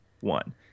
one